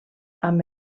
amb